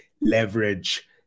leverage